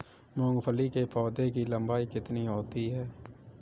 मूंगफली के पौधे की लंबाई कितनी होती है?